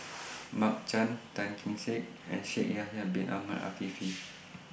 Mark Chan Tan Kee Sek and Shaikh Yahya Bin Ahmed Afifi